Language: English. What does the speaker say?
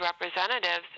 representatives